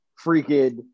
freaking